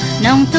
known